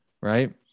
right